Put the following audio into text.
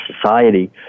society